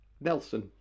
Nelson